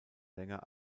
länger